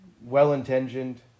Well-intentioned